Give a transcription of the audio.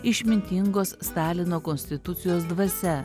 išmintingos stalino konstitucijos dvasia